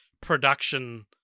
production